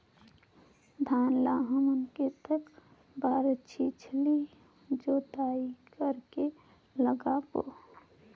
धान ला हमन कतना बार छिछली जोताई कर के लगाबो?